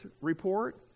report